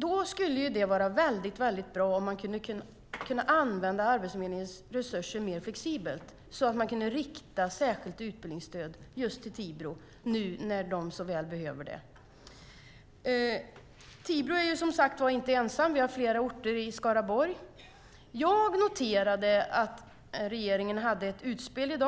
Då skulle det vara väldigt bra om man kunde använda Arbetsförmedlingens resurser mer flexibelt och rikta särskilt utbildningsstöd just till Tibro nu när de så väl behöver det. Tibro är som sagt inte ensamt om detta, utan vi har flera sådana orter i Skaraborg. Jag noterade att regeringen i dag gjorde ett utspel